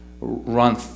run